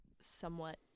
somewhat